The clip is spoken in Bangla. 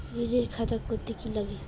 ঋণের খাতা করতে কি লাগে?